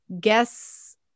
guess